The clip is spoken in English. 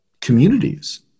communities